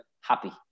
happy